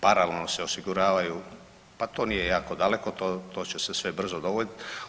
Paralelno se osiguravaju, pa to nije jako daleko, to će se sve brzo dogoditi.